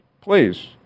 please